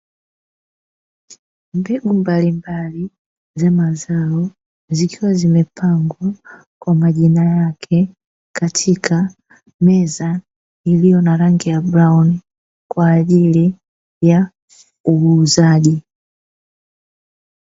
Mbegu mbalimbali za mazao, zikiwa zimepangwa kwa majina yake katika meza iliyo na rangi ya brauni kwa ajili ya uuzaji.